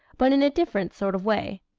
but in a different sort of way.